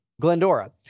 glendora